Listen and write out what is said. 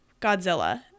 Godzilla